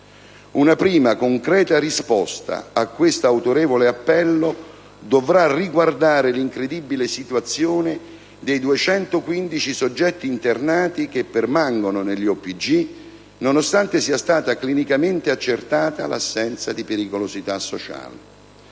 Una prima, concreta risposta a questo autorevole appello dovrà riguardare l'incredibile situazione dei 215 soggetti internati che permangono negli ospedali psichiatrici giudiziari, nonostante sia stata clinicamente accertata l'assenza di pericolosità sociale: